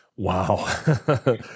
Wow